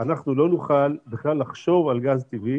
אנחנו לא נוכל בכלל לחשוב על גז טבעי